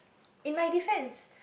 in my defense